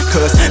Cause